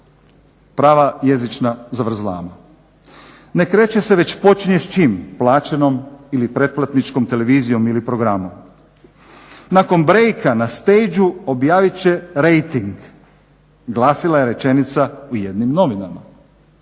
prava jezična zavrzlama. Ne kreće se već počinje s čim? Plaćenom ili pretplatničkom televizijom ili programom. Nakon break-a na stage-u objavit će rejting glasila je rečenica u jednim novinama.